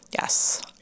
Yes